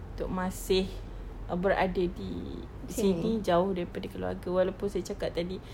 untuk masih ah berada di sini jauh daripada keluarga walaupun saya cakap tadi